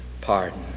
pardon